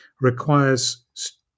requires